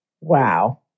Wow